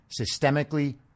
systemically